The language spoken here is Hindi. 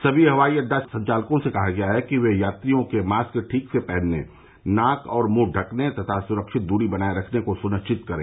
समी हवाई अड्डा संचालकों से कहा गया है कि वे यात्रियों के मास्क ठीक से पहनने नाक और मुंह ढकने तथा सुरक्षित दूरी बनाए रखने को सुनिश्चित करें